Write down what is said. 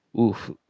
oof